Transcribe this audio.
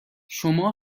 شما